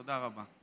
תודה רבה.